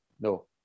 No